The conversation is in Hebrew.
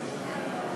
ענת ברקו, מה קורה?